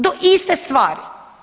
Do iste stvari.